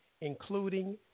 including